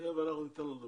תכף ניתן לו לדבר.